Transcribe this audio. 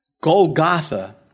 Golgotha